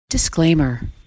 Disclaimer